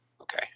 Okay